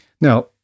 Now